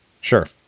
Sure